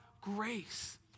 grace